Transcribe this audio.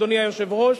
אדוני היושב-ראש,